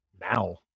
now